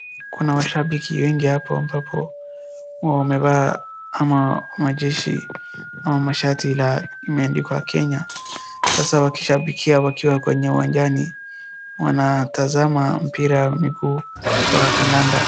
Kuna washabiki wengi hapa ambapo wamevaa ama wa majeshi ama shati la limeandikwa Kenya, sasa wakishabikia wakiwa kwenye uwanjani, wanatazama mpira wa miguu wa kandanda.